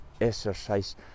exercise